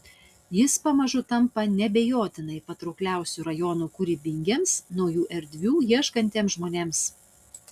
jis pamažu tampa neabejotinai patraukliausiu rajonu kūrybingiems naujų erdvių ieškantiems žmonėms